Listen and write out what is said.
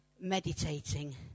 meditating